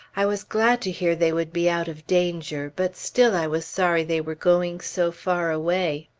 i was glad to hear they would be out of danger, but still i was sorry they were going so far away.